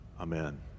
Amen